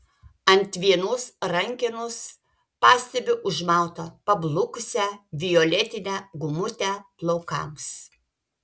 ant vienos rankenos pastebiu užmautą pablukusią violetinę gumutę plaukams